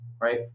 right